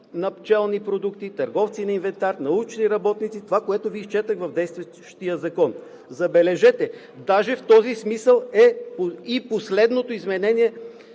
на пчелни продукти, търговци на инвентар, научни работници – това, което Ви изчетох в действащия закон. Забележете, даже в този смисъл е и последното изменение